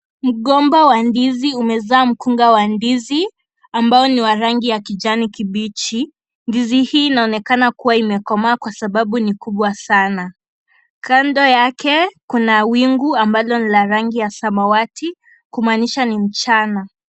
Mgomba wa ndizi umezaa mkunga wa ndizi ambao ni wa rangi ya kijani kibichi. Ndizi hii inaonekana kuwa imekomaa kwa sababu ni kubwa sana. Kando yake kuna wingu ambalo ni la rangi ya samawati kumaanisha ni mchana.